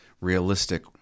realistic